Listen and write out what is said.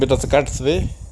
but does the card sway